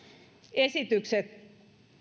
esityksen